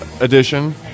Edition